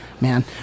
man